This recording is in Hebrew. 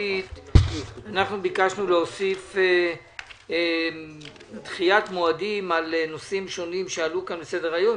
המשפטית להוסיף דחיית מועדים על נושאים שונים שעלו כאן לסדר-היום,